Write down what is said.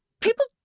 people